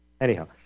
Anyhow